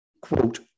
quote